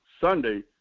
Sunday –